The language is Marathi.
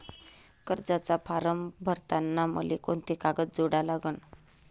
कर्जाचा फारम भरताना मले कोंते कागद जोडा लागन?